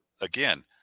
again